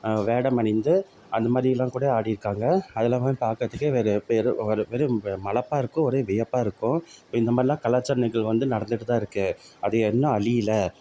வேடம் அணிந்து அந்தமாதிரிலாம் கூட ஆடியிருக்காங்க அதெல்லாம் பாக்கிறதுக்கே ஒரு பெரும் ஒரு பெரும் மலைப்பா இருக்கும் ஒரே வியப்பாக இருக்கும் இந்தமாதிரிலாம் கலாச்சார நிகழ்வு வந்து நடந்துட்டு தான் இருக்குது அது இன்னும் அழியில